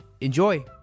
Enjoy